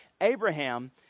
Abraham